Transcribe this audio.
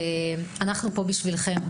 אנחנו פה בשבילכם.